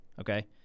Okay